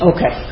Okay